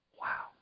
Wow